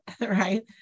right